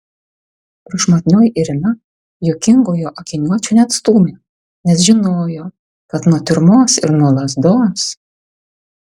prašmatnioji irina juokingojo akiniuočio neatstūmė nes žinojo kad nuo tiurmos ir nuo lazdos